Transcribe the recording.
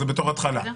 זה כהתחלה.